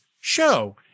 show